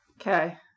Okay